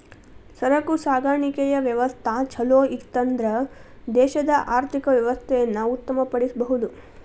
ಸರಕು ಸಾಗಾಣಿಕೆಯ ವ್ಯವಸ್ಥಾ ಛಲೋಇತ್ತನ್ದ್ರ ದೇಶದ ಆರ್ಥಿಕ ವ್ಯವಸ್ಥೆಯನ್ನ ಉತ್ತಮ ಪಡಿಸಬಹುದು